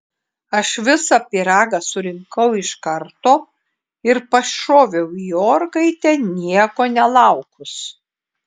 aš visą pyragą surinkau iš karto ir pašoviau į orkaitę nieko nelaukus